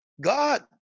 God